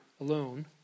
alone